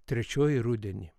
trečioji rudenį